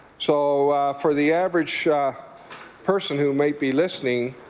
so for the average person who may be listening,